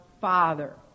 Father